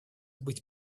быть